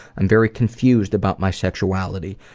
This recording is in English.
i'm very confused about my sexuality.